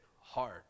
hard